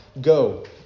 Go